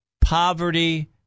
poverty